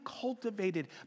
cultivated